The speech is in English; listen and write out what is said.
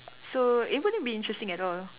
so it wouldn't be interesting at all